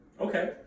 Okay